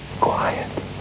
quiet